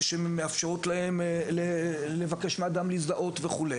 שמאפשרות להם לבקש מאדם להזדהות וכו'